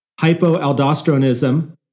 Hypoaldosteronism